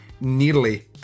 nearly